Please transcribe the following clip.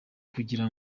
kugira